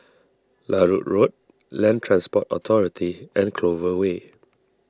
Larut Road Land Transport Authority and Clover Way